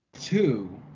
two